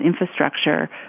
infrastructure